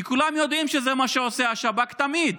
כי כולם יודעים שזה מה שעושה השב"כ תמיד,